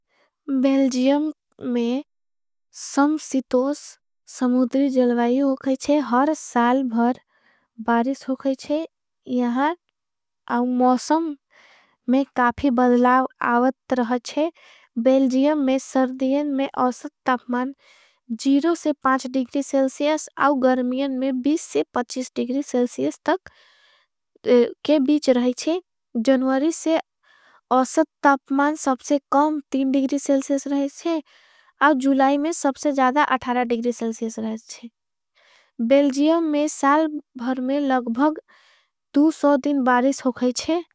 बेल्जियम में सम्सितोस समुद्री जलवाई हो कहिंचे। हर साल भर बारिस हो कहीचे यहाँ आउ मौसम। में काफी बदलाव आवत रहचे बेल्जियम में। सरदियन में असत तापमान जीरो से पाँच डिग्री। सेलसियस आव गर्मियन में डिग्री सेलसियस। तक के बीच रही छे जन्वरी से असत तापमान। सबसे कॉम डिग्री सेलसियस रही छे आव जुलाई। में सबसे जादा डिग्री सेलसियस रही छे बेल्जियम। में साल भर में लगभग दिन बारिस हो कहीचे।